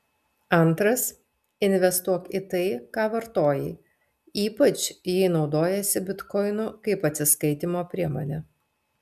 antras investuok į tai ką vartoji ypač jei naudojiesi bitkoinu kaip atsiskaitymo priemone